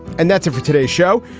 and that's it for today's show.